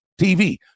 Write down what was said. TV